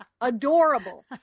adorable